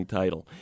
title